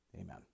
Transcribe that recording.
Amen